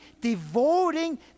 devoting